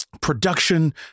production